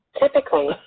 typically